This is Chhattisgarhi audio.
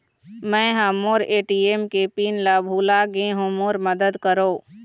मै ह मोर ए.टी.एम के पिन ला भुला गे हों मोर मदद करौ